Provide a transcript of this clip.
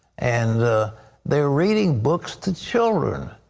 and they're reading books to children,